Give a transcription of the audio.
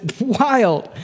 wild